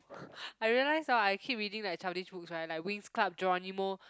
I realise hor I keep reading like childish books right like Winx-Club Johnny Moo